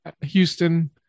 Houston